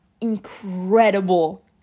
incredible